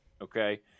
okay